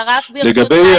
ברשותך,